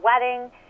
wedding